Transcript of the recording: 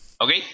Okay